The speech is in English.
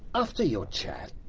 after your chat,